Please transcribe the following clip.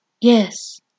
Yes